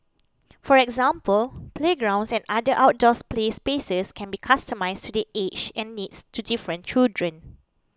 for example playgrounds and other outdoors play spaces can be customised to the ages and needs to different children